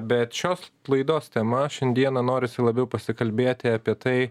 bet šios laidos tema šiandieną norisi labiau pasikalbėti apie tai